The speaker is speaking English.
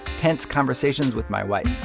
tense conversations with my wife.